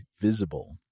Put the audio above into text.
Visible